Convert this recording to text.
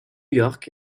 york